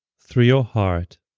through your heart.